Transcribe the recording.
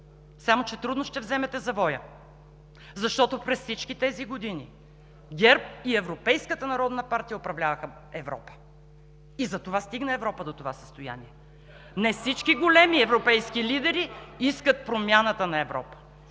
само че трудно ще вземете завоя, защото през всичките тези години ГЕРБ и Европейската народна партия управляваха Европа. И затова Европа стигна до това състояние! Днес всички големи европейски лидери искат промяната на Европа.